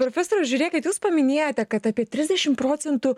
profesoriau žiūrėkit jūs paminėjote kad apie trisdešim procentų